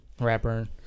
Rapper